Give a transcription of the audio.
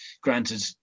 granted